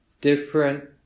different